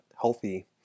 healthy